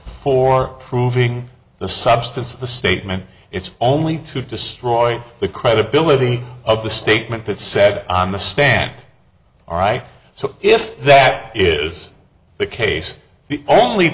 for proving the substance of the statement it's only to destroy the credibility of the statement that said on the stand all right so if that is the case the only